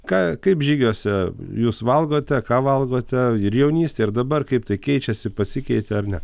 ką kaip žygiuose jūs valgote ką valgote ir jaunystėj ir dabar kaip tai keičiasi pasikeitė ar ne